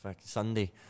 Sunday